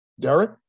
Derek